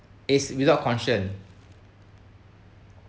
is without concern